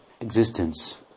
existence